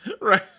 Right